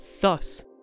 thus